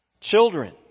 Children